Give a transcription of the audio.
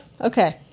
Okay